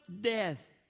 death